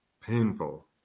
painful